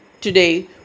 today